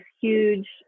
huge